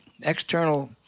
external